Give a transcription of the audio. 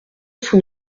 sous